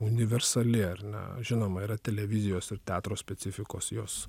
universali ar ne žinoma yra televizijos ir teatro specifikos jos